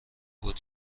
بود